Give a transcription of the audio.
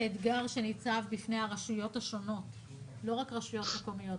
האתגר שניצב בפני הרשויות השונות לא רק רשויות מקומיות,